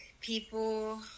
people